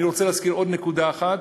אני רוצה להזכיר עוד נקודה אחת.